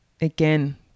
Again